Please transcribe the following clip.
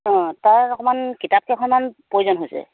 অঁ তাৰ অকণমান কিতাপ কেইখনমান প্ৰয়োজন হৈছে